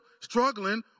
struggling